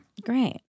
Great